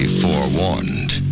forewarned